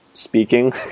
speaking